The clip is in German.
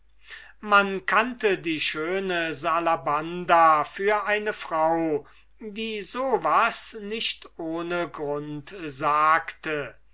man kannte die schöne salabanda für eine frau die so was nicht ohne guten grund sagte